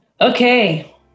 Okay